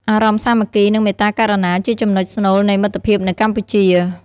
អារម្មណ៍សាមគ្គី និងមេត្តាករុណា ជាចំណុចស្នូលនៃមិត្តភាពនៅកម្ពុជា។